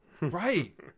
Right